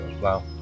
Wow